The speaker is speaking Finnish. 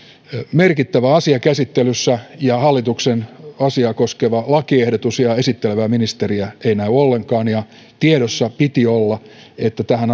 merkittävä asia käsittelyssä ja hallituksen asiaa koskeva lakiehdotus ja esittelevää ministeriä ei näy ollenkaan ja tiedossa piti olla että tähän